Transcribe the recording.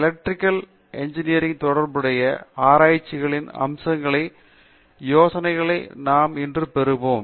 electrical engineering தொடர்புடைய ஆராய்ச்சிகளின் அம்சங்களை யோசனையாகப் நாம் இன்று பெறுவோம்